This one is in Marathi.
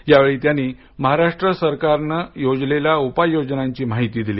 यावेळी त्यांनी महाराष्ट्र सरकारने योजलेल्या उपाययोजनांची माहिती दिली